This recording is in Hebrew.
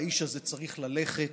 האיש הזה צריך ללכת,